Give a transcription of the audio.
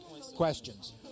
questions